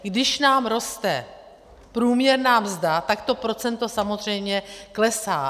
Když nám roste průměrná mzda, tak to procento samozřejmě klesá.